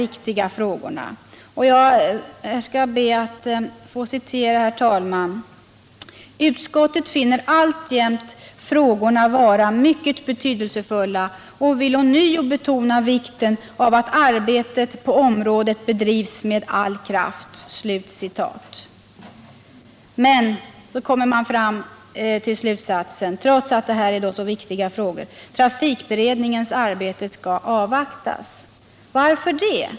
Och jag skall be att få citera; ”Utskottet finner alltjämt ——-—- frågorna vara mycket betydelsefulla och vill ånyo betona vikten av att arbete på området bedrivs med all kraft,” Men trots att detta är så viktiga frågor kommer man till slutsatsen att trafikberedningens arbete skall avvaktas. Varför det?